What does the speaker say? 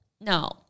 No